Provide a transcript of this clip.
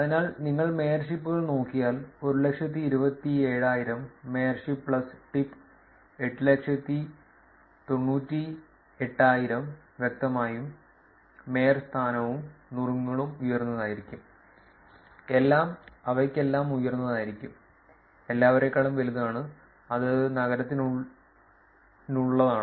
അതിനാൽ നിങ്ങൾ മേയർഷിപ്പുകൾ നോക്കിയാൽ 127000 മേയർഷിപ്പ് പ്ലസ് ടിപ്പ് 898000 വ്യക്തമായും മേയർ സ്ഥാനവും നുറുങ്ങും ഉയർന്നതായിരിക്കും എല്ലാം അവയ്ക്കെല്ലാം ഉയർന്നതായിരിക്കും എല്ലാവരേക്കാളും വലുതാണ് അത് നഗരത്തിനുള്ളതാണ്